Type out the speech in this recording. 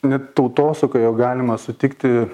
net tautosakoje galima sutikti